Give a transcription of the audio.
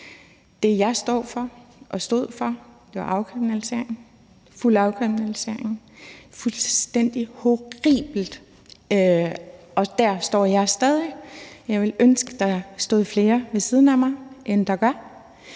Det, jeg står for og stod for, er afkriminalisering – fuld afkriminalisering – og der står jeg stadig. Jeg ville ønske, der stod flere ved siden af mig, end der gør.